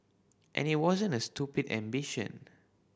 and it wasn't a stupid ambition